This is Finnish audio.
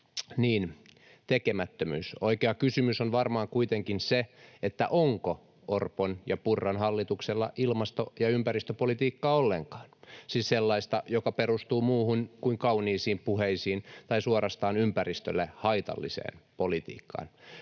Niin, tekemättömyys. Oikea kysymys on varmaan kuitenkin se, onko Orpon ja Purran hallituksella ilmasto- ja ympäristöpolitiikkaa ollenkaan, siis sellaista, joka perustuu muuhun kuin kauniisiin puheisiin tai suorastaan ympäristölle haitalliseen politiikkaan.